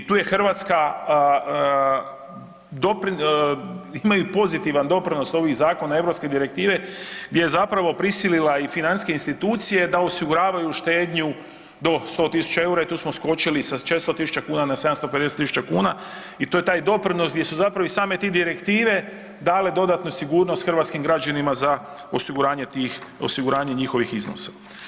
I tu je Hrvatska, imaju pozitivan doprinos ovih zakona europske direktive gdje je zapravo prisilila i financijske institucije da osiguravaju štednju do 100.000 EUR-a i tu smo skočili sa 400.000 kuna na 750.000 kuna i to je taj doprinos gdje su zapravo i same te direktive dale dodatnu sigurnost hrvatskim građanima za osiguranje tih, osiguranje njihovih iznosa.